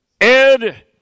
Ed